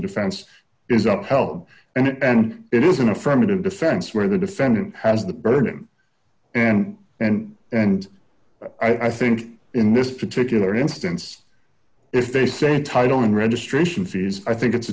defense is upheld and it is an affirmative defense where the defendant has the burden and and and i think in this particular instance if they send title and registration fees i think it's a